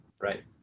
right